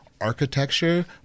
architecture